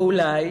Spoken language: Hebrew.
ואולי,